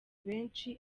benshi